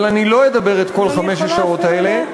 אבל לא אדבר את כל חמש השעות האלה.